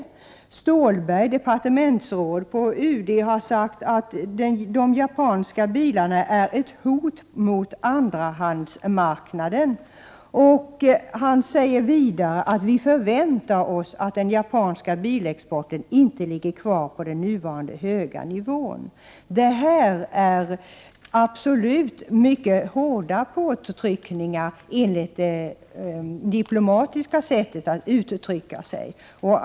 Lars Stålberg, departementsråd på UD, har sagt att de japanska bilarna utgör ett hot mot andrahandsmarknaden och att ”vi förväntar oss att den japanska bilexporten inte ligger kvar på den nuvarande höga nivån”. Detta är absolut mycket hårda påtryckningar sett utifrån det diplomatiska sättet att uttrycka sig.